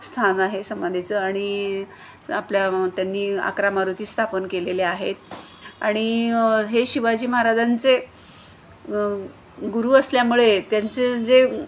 स्थान आहे समाधीचं आणि आपल्या त्यांनी अकरा मारुती स्थापन केलेले आहेत आणि हे शिवाजी महाराजांचे गुरु असल्यामुळे त्यांचे जे